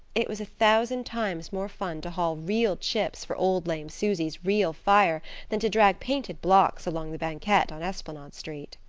it was a thousand times more fun to haul real chips for old lame susie's real fire than to drag painted blocks along the banquette on esplanade street!